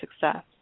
success